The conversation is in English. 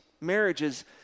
marriages